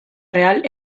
real